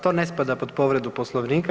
To ne spada pod povredu Poslovnika.